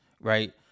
right